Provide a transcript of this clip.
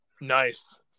Nice